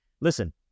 Listen